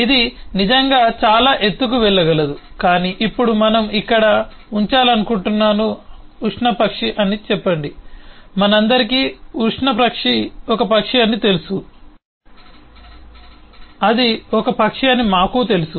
ఇది నిజంగా చాలా ఎత్తుకు వెళ్ళగలదు కాని ఇప్పుడు మనం ఇక్కడ ఉంచాలనుకుంటున్నాను ఉష్ట్రపక్షి అని చెప్పండి మనందరికీ ఉష్ట్రపక్షి ఒక పక్షి అని తెలుసు అది ఒక పక్షి అని మాకు తెలుసు